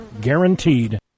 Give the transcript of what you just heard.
Guaranteed